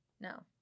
no